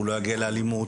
הוא לא יגיע לאלימות,